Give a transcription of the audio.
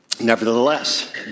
Nevertheless